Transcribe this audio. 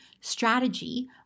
strategy